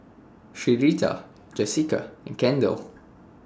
Sherita Jessica and Kendall